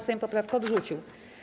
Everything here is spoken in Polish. Sejm poprawkę odrzucił.